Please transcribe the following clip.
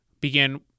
began